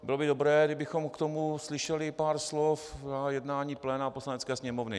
Bylo by dobré, kdybychom k tomu slyšeli pár slov na jednání pléna Poslanecké sněmovny.